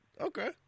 okay